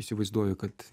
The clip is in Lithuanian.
įsivaizduoju kad